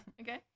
Okay